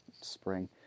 Spring